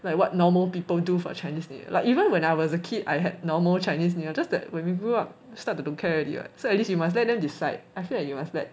like what normal people do for chinese new year like even when I was a kid I had normal chinese new year just that when we grew up start to don't care already [what] so at least you must let them decide I feel like you must let